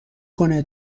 کنه